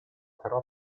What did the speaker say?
però